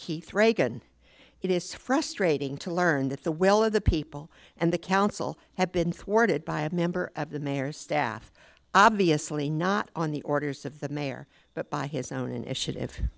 keith reagan it is frustrating to learn that the will of the people and the council have been thwarted by a member of the mayor's staff obviously not on the orders of the mayor but by his own initiative